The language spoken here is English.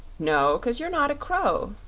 no cause you're not a crow,